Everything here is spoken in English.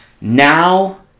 now